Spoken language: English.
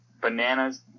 bananas